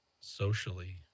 socially